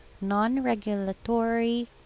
non-regulatory